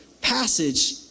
passage